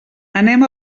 anem